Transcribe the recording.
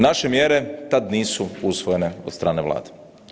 Naše mjere tad nisu usvojene od strane Vlade.